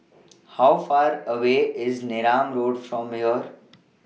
How Far away IS Neram Road from here